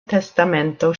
testamento